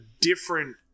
different